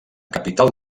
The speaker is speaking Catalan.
capital